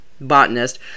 botanist